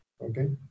Okay